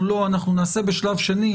כן או לא אנחנו נעשה בשלב שני.